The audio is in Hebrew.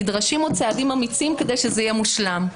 נדרשים עוד צעדים אמיצים כדי שזה יהיה מושלם,